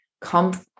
come